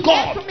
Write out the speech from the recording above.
God